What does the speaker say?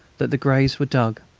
that the graves were dug.